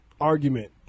argument